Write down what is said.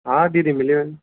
हा दीदी मिली वेंदो